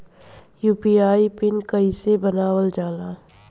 UPI pin कइसे बनावल जाला?